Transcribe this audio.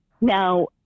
Now